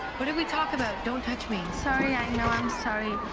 what did we talk about? don't touch me. sorry, i know, i'm sorry.